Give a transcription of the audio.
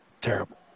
Terrible